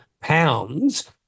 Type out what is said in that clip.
pounds